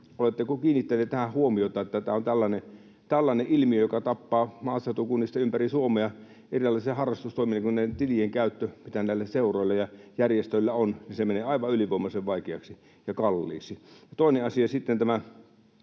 oletteko kiinnittäneet tähän huomiota, että on tällainen ilmiö, joka tappaa maaseutukunnista ympäri Suomea erilaisia harrastustoimintoja, kun tilien käyttö, mitä näillä seuroilla ja järjestöillä on, menee aivan ylivoimaisen vaikeaksi ja kalliiksi? Ja toinen asia on sitten tämä